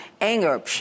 anger